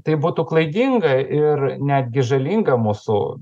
tai būtų klaidinga ir netgi žalinga mūsų